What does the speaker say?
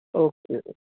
okay